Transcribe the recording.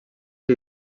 que